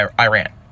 Iran